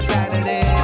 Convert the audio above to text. Saturday